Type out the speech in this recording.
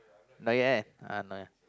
not yet eh not yet